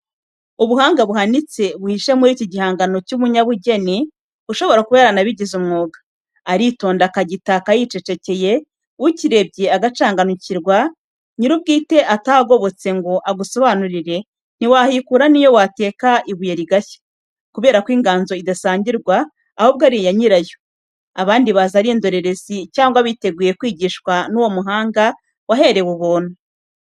Ubuhanga buhanitse buhishe muri iki gihangano cy'umunyabugeni, ushobora kuba yaranabigize umwuga. Aritonda akagitaka yicecekeye, ukirebye agacanganyikirwa, nyir'ubwite atahagobotse ngo agusobanurire, ntiwahikura n'iyo wateka ibuye rigashya, kubera ko inganzo idasangirwa ahubwo ari iya nyirayo, abandi baza ari indorerezi cyangwa biteguye kwigishwa n'uwo muhanga waherewe ubuntu.